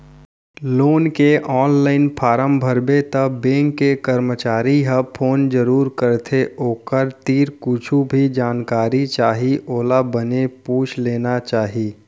loan के online form भरबे त बेंक के करमचारी ह फोन जरूर करथे ओखर तीर कुछु भी जानकारी चाही ओला बने पूछ लेना चाही